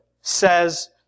says